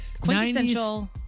Quintessential